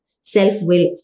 Self-will